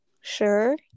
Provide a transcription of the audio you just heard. sure